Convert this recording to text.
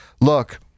Look